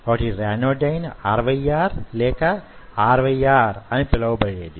ఒకటి ryanodine RYR లేక RYR అని పిలువబడేది